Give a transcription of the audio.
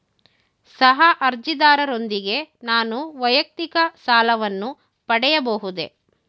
ಸಹ ಅರ್ಜಿದಾರರೊಂದಿಗೆ ನಾನು ವೈಯಕ್ತಿಕ ಸಾಲವನ್ನು ಪಡೆಯಬಹುದೇ?